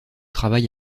travail